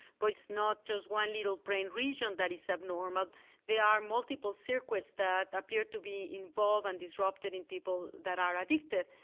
but it's not just one little brain region that is abnormal there are multiple circuits that appear to be involved and disrupted in people that are addicted.